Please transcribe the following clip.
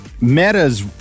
Meta's